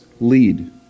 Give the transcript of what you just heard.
lead